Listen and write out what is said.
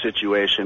situation